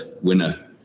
winner